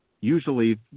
usually